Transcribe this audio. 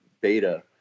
beta